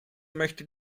möchte